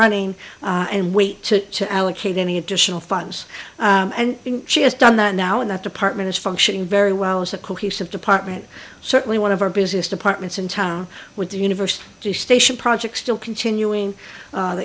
running and wait to allocate any additional funds and she has done that now in that department is functioning very well as a cohesive department certainly one of our busiest departments in town with the universal station project still continuing